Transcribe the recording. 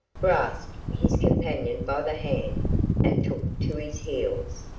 grasped his companion by the hand and took to his heels.